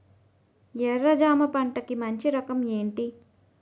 ఎర్ర జమ పంట కి మంచి రకం ఏంటి?